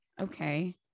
Okay